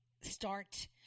start